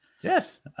Yes